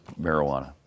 marijuana